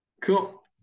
Cool